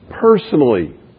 personally